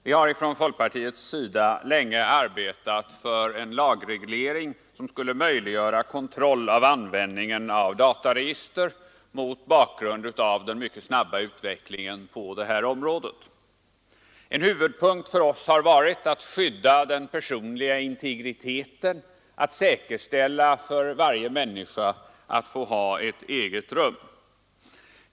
Herr talman! Folkpartiet har länge arbetat för en lagreglering, som skulle möjliggöra kontroll av användningen av dataregister mot bakgrunden av den mycket snabba utvecklingen på detta område. En huvudpunkt för oss har varit att skydda den personliga integriteten och att säkerställa för varje människa att få ha ett eget rum.